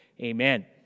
Amen